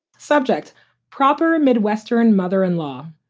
subject proper, a midwestern mother in law,